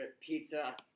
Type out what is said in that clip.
pizza